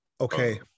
Okay